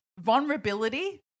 vulnerability